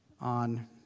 on